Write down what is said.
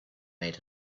made